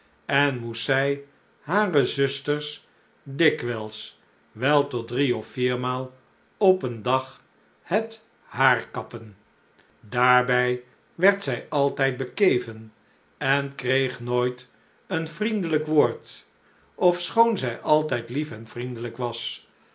en moest zij hare zusters dikwijls wel tot drie of viermaal op een dag het haar kappen daarbij werd zij altijd bekeven en kreeg nooit een vriendelijk woord ofschoon zij altijd lief en vriendelijk was